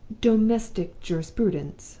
domestic jurisprudence.